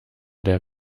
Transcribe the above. der